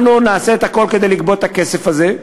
אנחנו נעשה את הכול כדי לגבות את הכסף הזה.